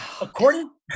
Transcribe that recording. According